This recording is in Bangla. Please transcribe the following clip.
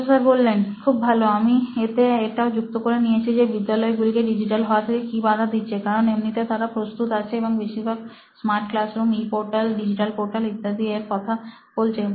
প্রফেসর খুব ভালো আমি এতে এটাও যুক্ত করে নিয়েছি যে বিদ্যালয় গুলিকে ডিজিটাল হওয়া থেকে কি বাধা দিচ্ছে কারণ এমনিতে তারা প্রস্তুত আছে এবং বেশিরভাগ smart classroom e portal digital portal ইত্যাদি এর কথা বলছে